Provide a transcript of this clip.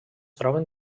troben